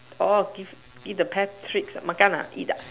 orh give give the pet treats ah Makan ah eat ah